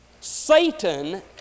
Satan